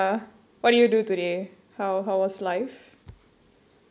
err what did you do today how how was life